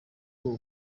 ubu